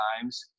times